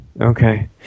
okay